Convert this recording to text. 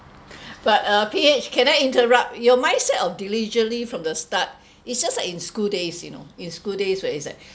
but uh P H can I interrupt your mindset of diligent from the start it just like in school days you know in school days when it's like